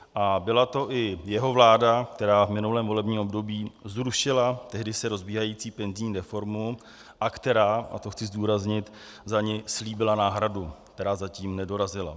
A byla to i jeho vláda, která v minulém volebním období zrušila tehdy se rozbíhající penzijní reformu a která, to chci zdůraznit, za ni slíbila náhradu, která zatím nedorazila.